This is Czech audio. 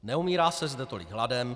Neumírá se zde tolik hladem.